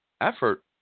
effort